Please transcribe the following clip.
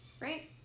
right